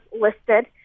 listed